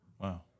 Wow